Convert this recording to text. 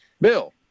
Bill